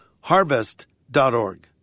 harvest.org